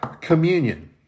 communion